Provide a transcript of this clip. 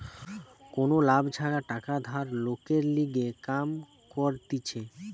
কোনো লাভ ছাড়া টাকা ধার লোকের লিগে কাম করতিছে